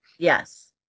Yes